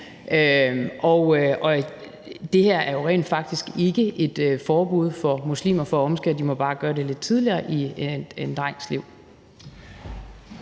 Det her er jo rent faktisk ikke et forbud for muslimer mod at omskære. De må bare gøre det lidt tidligere i en drengs liv.